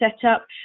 setup